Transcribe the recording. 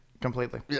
Completely